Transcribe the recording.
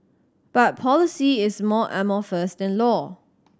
but policy is more amorphous than law